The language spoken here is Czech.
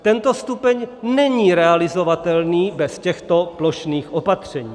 Tento stupeň není realizovatelný bez těchto plošných opatření.